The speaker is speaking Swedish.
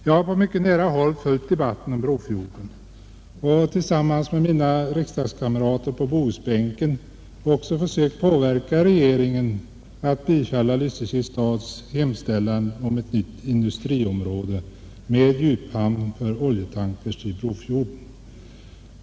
Jag har på mycket nära håll följt debatten om Brofjorden och tillsammans med mina riksdagskamrater på Bohusbänken också försökt påverka regeringen att bifalla Lysekils stads hemställan om ett nytt industriområde med en djuphamn för oljetankers i Brofjorden.